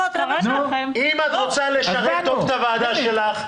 אם את רוצה לשרת טוב את הוועדה שלך,